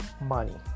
money